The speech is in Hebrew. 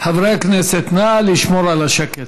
חברי הכנסת, נא לשמור על השקט.